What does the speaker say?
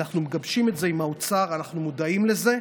אנחנו מגבשים את זה עם האוצר, אנחנו מודעים לזה.